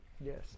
Yes